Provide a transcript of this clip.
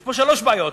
יש פה שלוש בעיות.